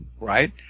right